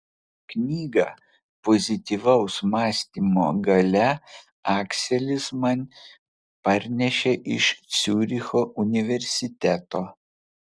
knygą pozityvaus mąstymo galia akselis man parnešė iš ciuricho universiteto